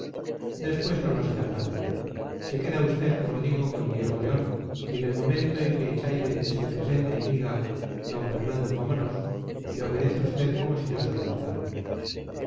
después no lo será tanto se queda usted como digo con diego león y en el momento en que echaide se le presente y le diga d fernando vámonos le obedece usted como si yo se lo mandara